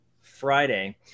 Friday